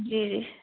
जी जी